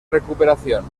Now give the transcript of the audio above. recuperación